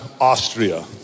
Austria